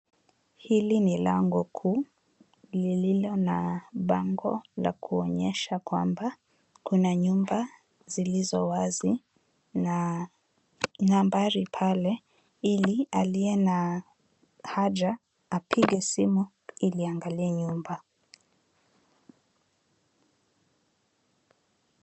Hili ni lango kuu lililo na bango la kuonyesha kwamba kuna nyumba zilizowazi na nambari pale ili aliye na haja apige simu ili aangalie nyumba.